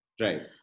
right